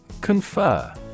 Confer